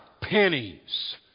pennies